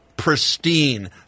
pristine